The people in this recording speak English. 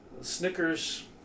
Snickers